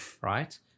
right